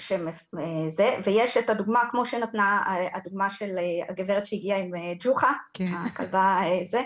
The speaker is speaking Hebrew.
ויש את הדוגמה כמו שנתנה הגברת שהגיעה עם הכלבה ג'וחא,